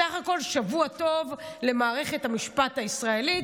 בסך הכול שבוע טוב למערכת המשפט הישראלית,